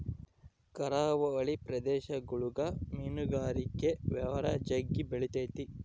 ಕರಾವಳಿ ಪ್ರದೇಶಗುಳಗ ಮೀನುಗಾರಿಕೆ ವ್ಯವಹಾರ ಜಗ್ಗಿ ಬೆಳಿತತೆ